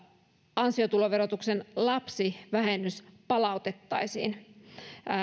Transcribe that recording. ansiotuloverotuksen lapsivähennys palautettaisiin